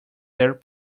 their